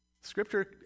Scripture